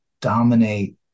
dominate